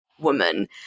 woman